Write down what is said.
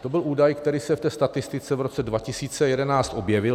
To byl údaj, který se ve statistice v roce 2011 objevil.